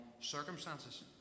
circumstances